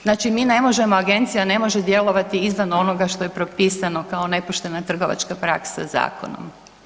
Znači mi ne možemo, agencija ne može djelovati izvan onoga što je propisano kao nepoštena trgovačka praksa zakonom.